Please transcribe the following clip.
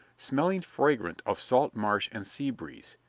smelling fragrant of salt marsh and sea breeze.